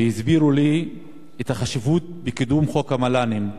והסבירו לי את החשיבות בקידום חוק המל"נים,